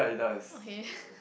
okay